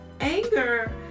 anger